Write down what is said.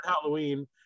Halloween